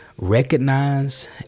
recognize